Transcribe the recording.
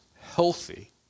healthy